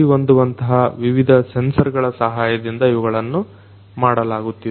ಸರಿಹೊಂದುವಂತಹ ವಿವಿಧ ಸೆನ್ಸರ್ಗಳ ಸಹಾಯದಿಂದ ಇವುಗಳನ್ನ ಮಾಡಲಾಗುತ್ತಿದೆ